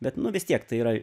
bet nu vistiek tai yra